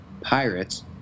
pirates